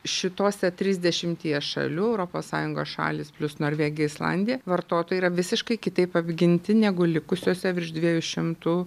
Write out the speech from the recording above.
šitose trisdešimtyje šalių europos sąjungos šalys plius norvegija islandija vartotojai yra visiškai kitaip apginti negu likusiose virš dviejų šimtų